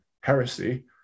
heresy